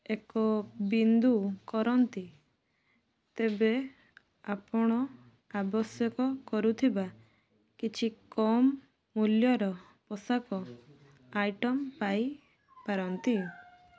ଏକ ବିନ୍ଦୁ କରନ୍ତି ତେବେ ଆପଣ ଆବଶ୍ୟକ କରୁଥିବା କିଛି କମ୍ ମୂଲ୍ୟର ପୋଷାକ ଆଇଟମ୍ ପାଇପାରନ୍ତି